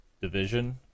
Division